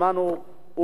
שמענו,